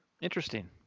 Interesting